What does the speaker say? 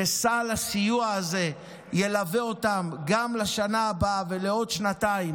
שסל הסיוע הזה ילווה אותם גם לשנה הבאה ולעוד שנתיים,